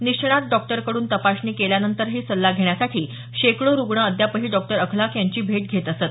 निष्णात डॉक्टरकडून तपासणी केल्यानंतरही सल्ला घेण्यासाठी शेकडो रुग्ण अद्यापही डॉ अख़लाक़ यांची भेट घेत असत